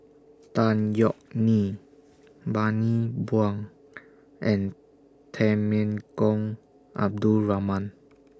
Tan Yeok Nee Bani Buang and Temenggong Abdul Rahman